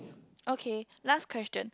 okay last question